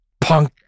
Punk